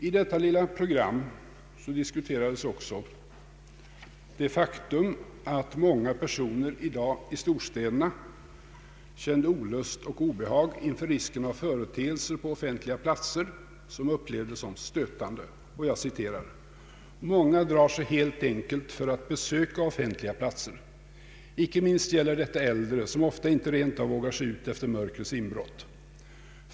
I detta lilla program diskuterades också det faktum att många personer i dag i storstäderna kände olust och obehag inför risken av företeelser som upplevdes stötande på offentliga platser. Jag citerar: ”Många drar sig helt enkelt för att besöka offentliga platser. Inte minst gäller detta äldre, vilka ofta rent av icke vågar sig ut efter mörkrets inbrott.